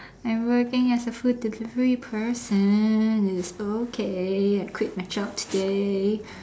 I'm working as a food delivery person it is okay I quit my job today